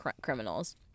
criminals